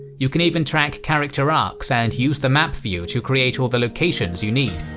you can even track character arcs and use the map view to create all the locations you need.